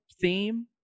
theme